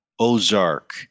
ozark